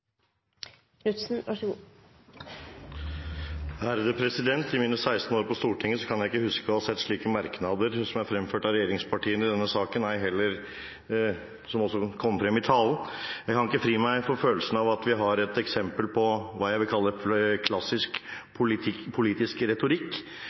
mine 16 år på Stortinget kan jeg ikke huske å ha sett slike merknader som er fremført av regjeringspartiene i denne saken, som også kom frem i innlegget. Jeg kan ikke fri meg fra følelsen av at vi her har et eksempel på hva jeg vil kalle klassisk